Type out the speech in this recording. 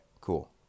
cool